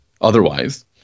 otherwise